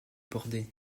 bordé